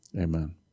Amen